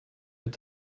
mit